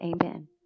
Amen